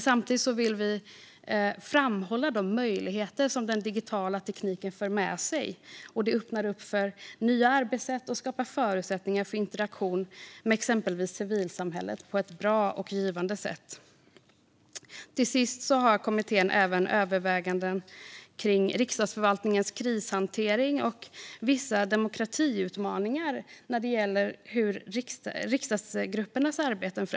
Samtidigt vill vi framhålla de möjligheter som den digitala tekniken för med sig och att det öppnar upp för nya arbetssätt och skapar förutsättningar för interaktion med exempelvis civilsamhället på ett bra och givande sätt. Till sist har kommittén även överväganden om Riksdagsförvaltningens krishantering och vissa demokratiutmaningar när det gäller främst riksdagsgruppernas arbete.